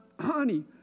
honey